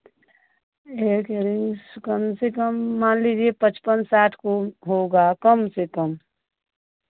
एक इयरिंग्स कम से कम मान लीजिए पचपन साठ को होगा कम से कम